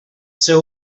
ser